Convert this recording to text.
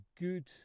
good